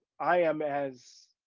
i am as